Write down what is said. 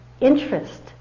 interest